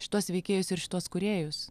šituos veikėjus ir šituos kūrėjus